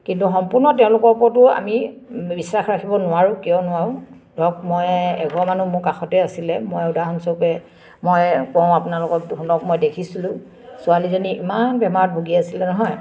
কিন্তু সম্পূৰ্ণ তেওঁলোকৰ ওপৰতো আমি বিশ্বাস ৰাখিব নোৱাৰোঁ কিয় নোৱাৰোঁ ধৰক মই এঘৰ মানুহ মোৰ কাষতে আছিলে মই উদাহৰণস্বৰূপে মই কওঁ আপোনালোকক শুনক মই দেখিছিলোঁ ছোৱালীজনী ইমান বেমাৰত ভুগি আছিলে নহয়